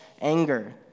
anger